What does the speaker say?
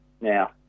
Now